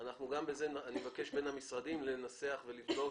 אני מבקש מהמשרדים לנסח ולבדוק.